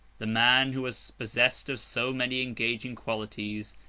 the man who was possessed of so many engaging qualities,